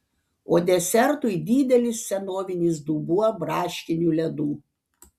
o desertui didelis senovinis dubuo braškinių ledų